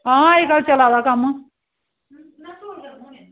आं अज्जकल चला दा कम्म